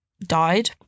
died